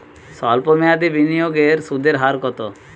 সল্প মেয়াদি বিনিয়োগের সুদের হার কত?